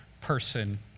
person